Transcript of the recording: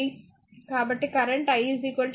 కాబట్టి current i v R 30 5 6 ampere అవుతుంది